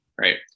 right